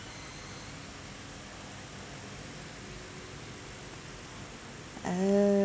uh